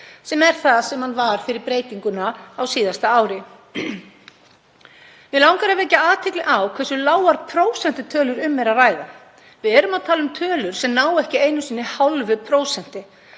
sem er það sem hann var fyrir breytinguna á síðasta ári. Mig langar að vekja athygli á hversu lágar prósentutölur um er að ræða. Við erum að tala um tölur sem ná ekki einu sinn hálfu prósenti.